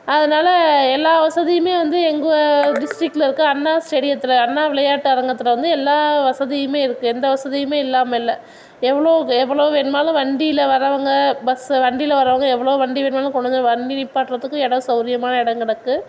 அதனால எல்லா வசதியுமே வந்து எங்கள் டிஸ்ட்டிக்ட்கில் இருக்குது அண்ணா ஸ்டேடியத்தில் அண்ணா விளையாட்டு அரங்கத்தில் வந்து எல்லா வசதியுமே இருக்குது எந்த வசதியுமே இல்லாமல் இல்லை எவ்வளோ எவ்வளோ வேணும்னாலும் வண்டியில் வரவங்க பஸ் வண்டியில் வரவங்க எவ்வளோ வண்டி வேணும்னாலும் கொண்டு வந்து வண்டி நிற்பாட்றதுக்கு இடம் சவுரியமாக இடங்கடக்கு